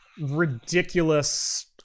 ridiculous